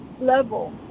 level